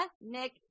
nick